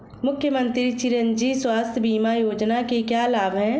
मुख्यमंत्री चिरंजी स्वास्थ्य बीमा योजना के क्या लाभ हैं?